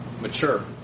mature